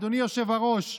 אדוני היושב-ראש,